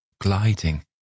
gliding